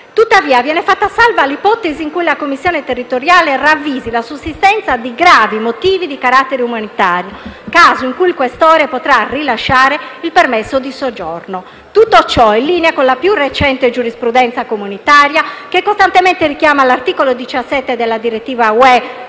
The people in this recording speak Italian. Tuttavia, viene fatta salva l'ipotesi in cui la Commissione territoriale ravvisi la sussistenza di gravi motivi di carattere umanitario, caso in cui il questore potrà rilasciare il permesso di soggiorno. Tutto ciò è in linea con la più recente giurisprudenza comunitaria, che costantemente richiama l'articolo 17 della direttiva